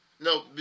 no